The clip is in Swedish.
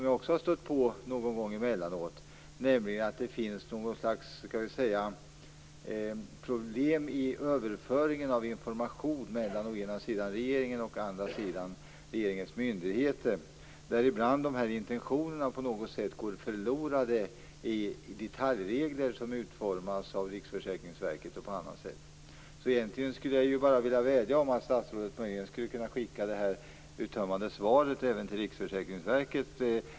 Jag har någon gång emellanåt sett att det finns något slags problem i överföringen av information mellan å ena sidan regeringen och å andra sidan regeringens myndigheter. Ibland går intentionerna på något sätt förlorade i de detaljregler som utformas t.ex. av Riksförsäkringsverket. Jag skulle vilja vädja till statsrådet att skicka en kopia av sitt uttömmande svar även till Riksförsäkringsverket.